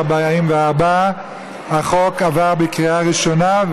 44. החוק עבר בקריאה ראשונה,